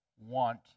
want